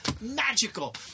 magical